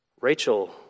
Rachel